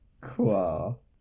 cool